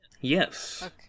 yes